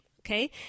okay